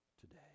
today